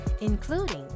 including